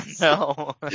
No